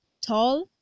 tall